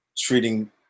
treating